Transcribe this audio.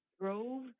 drove